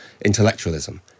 intellectualism